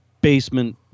basement